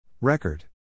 Record